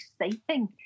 exciting